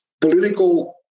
political